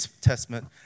Testament